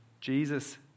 Jesus